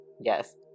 Yes